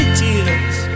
tears